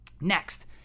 Next